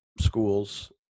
schools